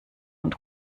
und